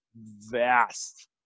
vast